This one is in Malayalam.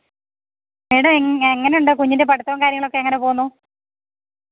മാഡം എ എങ്ങനുണ്ട് കുഞ്ഞിൻ്റെ പഠിത്തവും കാര്യങ്ങളുമൊക്കെ എങ്ങനെ പോകുന്നു